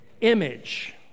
image